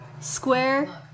square